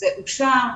זה אושר,